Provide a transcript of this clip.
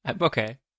Okay